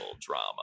drama